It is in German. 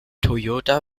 toyota